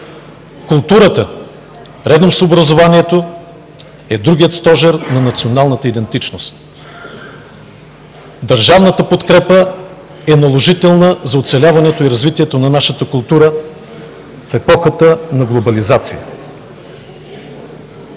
Културата, редом с образованието, е другият стожер на националната идентичност. Държавната подкрепа е наложителна за оцеляването и развитието на нашата култура в епохата на глобализация.